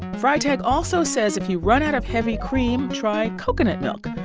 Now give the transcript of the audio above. freitag also says if you run out of heavy cream, try coconut milk.